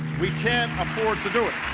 we can't afford to do it.